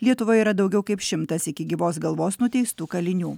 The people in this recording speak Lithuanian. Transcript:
lietuva yra daugiau kaip šimtas iki gyvos galvos nuteistų kalinių